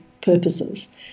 purposes